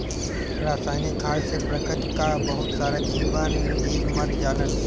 रासायनिक खाद से प्रकृति कअ बहुत सारा जीव मर जालन